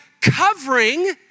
covering